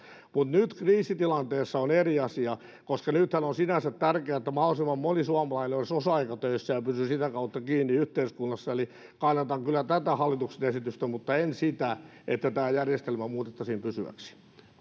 mutta nyt kriisitilanteessa on eri asia koska nythän on sinänsä tärkeää että mahdollisimman moni suomalainen olisi osa aikatöissä ja pysyisi sitä kautta kiinni yhteiskunnassa eli kannatan kyllä tätä hallituksen esitystä mutta en sitä että tämä järjestelmä muutettaisiin pysyväksi